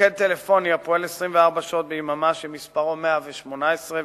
מוקד טלפוני הפועל 24 שעות ביממה שמספרו 118,